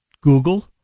Google